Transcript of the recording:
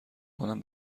کنم